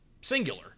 singular